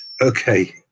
Okay